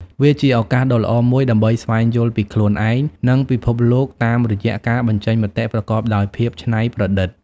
វាជាឱកាសដ៏ល្អមួយដើម្បីស្វែងយល់ពីខ្លួនឯង និងពិភពលោកតាមរយៈការបញ្ចេញមតិប្រកបដោយភាពច្នៃប្រឌិត។